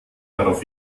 darauf